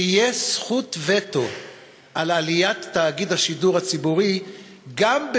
תהיה זכות וטו על עליית תאגיד השידור הציבורי גם אם